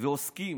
ועוסקים